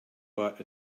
bought